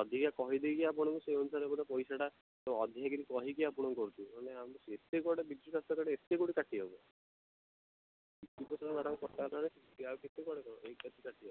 ଅଧିକା କହିଦେଇକି ଆପଣଙ୍କୁ ସେହି ଅନୁସାରେ ବୋଧେ ପଇସାଟା ଅଧିକା କରି କହିକି ଆପଣଙ୍କୁ କରୁଛନ୍ତି ନହେଲେ ନାହିଁ ଆମେ ଏତେ କୁଆଡ଼େ ବିଜୁସ୍ୱାସ୍ଥ୍ୟ କାର୍ଡ଼୍ରେ ଏତେ କେଉଁଠୁ କାଟି ହେବ ଯେତିକ ତ ମ୍ୟାଡ଼ାମ୍ କଟାହେଲାଣି ଆଉ କେତେ କ'ଣ ଇଏ କରି କାଟିହେବ